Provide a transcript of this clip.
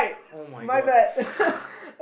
[oh]-my-god